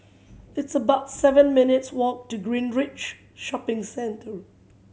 it's about seven minutes' walk to Greenridge Shopping Centre